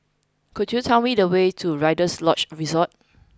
could you tell me the way to Rider's Lodge Resort